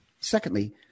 Secondly